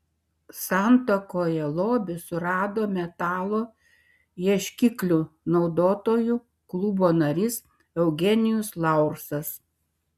santakoje lobį surado metalo ieškiklių naudotojų klubo narys eugenijus laursas